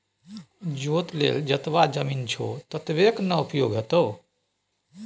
जोत लेल जतबा जमीन छौ ततबेक न उपयोग हेतौ